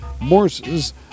Morse's